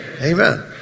Amen